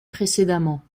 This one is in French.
précédemment